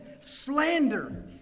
slander